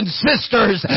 sisters